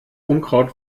unkraut